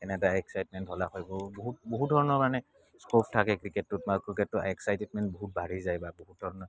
এনে এটা এক্সাইটমেণ্ট হ'লে হয় বহু বহু বহুত ধৰণৰ মানে স্কপ থাকে ক্ৰিকেটটোত ক্ৰিকেটটো এক্সাইটমেণ্ট বহুত বাঢ়ি যায় বা বহুতৰ